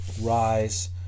Rise